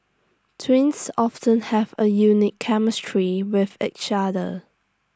twins often have A unique chemistry with each other